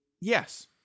Yes